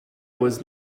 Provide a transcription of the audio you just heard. was